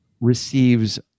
receives